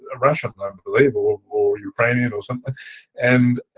ah russian i believe or or ukranian or something and